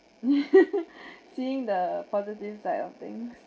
seeing the positive side of things